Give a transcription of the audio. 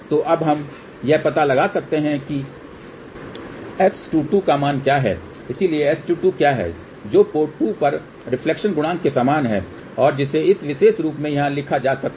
तो अब हम यह पता लगा सकते हैं कि S22 का मान क्या है इसलिए S22 क्या है जो पोर्ट 2 पर रिफ्लेक्शन गुणांक के समान है और जिसे इस विशेष रूप में यहां लिखा जा सकता है